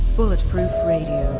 bulletproof radio.